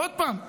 ועוד פעם,